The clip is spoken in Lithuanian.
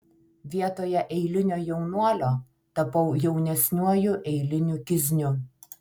vietoje eilinio jaunuolio tapau jaunesniuoju eiliniu kizniu